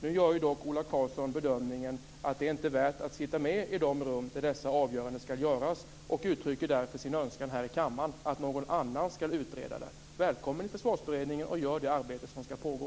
Nu gör Ola Karlsson bedömningen att det inte är värt att sitta med i de rum där de avgörandena skall fattas och uttrycker därför sin önskan här i kammaren att någon annan skall utreda det. Välkommen i Försvarsberedningen att göra det arbete som skall pågå!